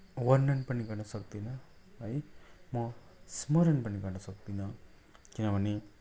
वर्णन पनि गर्न सक्दिनँ है म स्मरण पनि गर्न सक्दिनँ किनभने